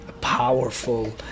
powerful